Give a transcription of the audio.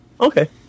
Okay